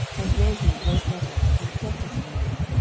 and jehu wrote letters, and sent to samaria,